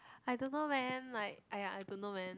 I don't know man like !aiya! I don't know man